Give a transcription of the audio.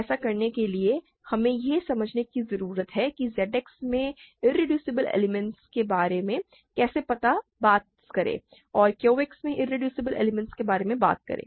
ऐसा करने के लिए हमें यह समझने की जरूरत है कि Z X में इरेड्यूसिबल एलिमेंटस के बारे में कैसे बात करें और Q X में इरेड्यूसेबल एलिमेंटस के बारे में बात करें